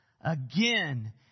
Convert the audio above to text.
again